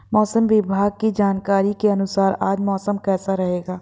मौसम विभाग की जानकारी के अनुसार आज मौसम कैसा रहेगा?